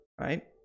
right